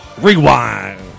Rewind